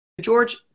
George